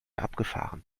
abgefahren